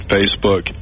Facebook